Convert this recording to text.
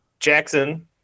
Jackson